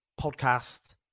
podcast